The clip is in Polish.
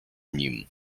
nim